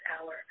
hour